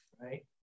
Right